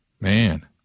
man